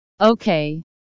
okay